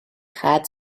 had